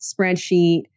spreadsheet